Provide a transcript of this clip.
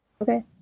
Okay